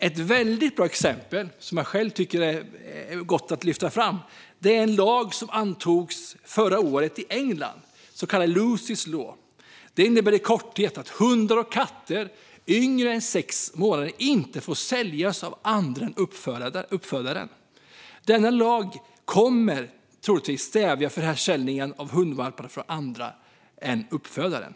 Ett exempel som jag själv tycker är bra att lyfta fram är en lag som antogs förra året i England: Lucy's Law. Lagen innebär i korthet att hundar och katter yngre än sex månader inte får säljas av andra än uppfödaren. Denna lag kommer troligtvis att stävja försäljningen av hundvalpar från andra än uppfödaren.